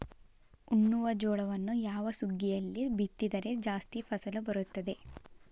ಉಣ್ಣುವ ಜೋಳವನ್ನು ಯಾವ ಸುಗ್ಗಿಯಲ್ಲಿ ಬಿತ್ತಿದರೆ ಜಾಸ್ತಿ ಫಸಲು ಬರುತ್ತದೆ?